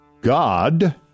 God